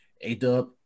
A-Dub